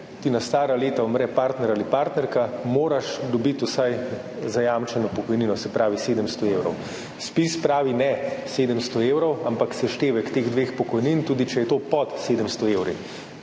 ti na stara leta umre partner ali partnerka, moraš dobiti vsaj zajamčeno pokojnino, se pravi 700 evrov. ZPIZ pravi ne 700 evrov, ampak seštevek teh dveh pokojnin, tudi če je to pod 700 evri.